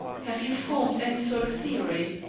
have you formed any sort of theory,